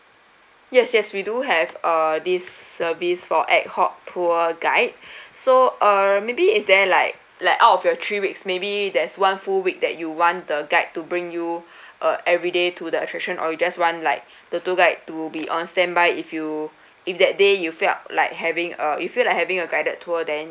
yes yes we do have uh this service for ad hoc tour guide so uh maybe is there like like out of your three weeks maybe there's one full week that you want the guide to bring you uh everyday to the attraction or you just want like the tour guide to be on standby if you if that day you felt like having uh you feel like having a guided tour then